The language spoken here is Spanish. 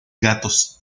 gatos